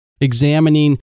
examining